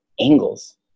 angles